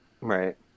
Right